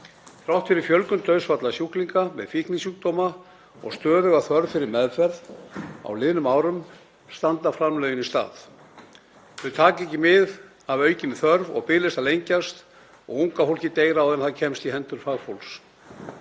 Þrátt fyrir fjölgun dauðsfalla sjúklinga með fíknisjúkdóma og stöðuga þörf fyrir meðferð á liðnum árum standa framlögin í stað. Þau taka ekki mið af aukinni þörf. Biðlistar lengjast og unga fólkið deyr áður en það kemst í hendur fagfólks.